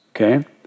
okay